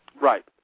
Right